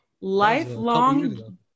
Lifelong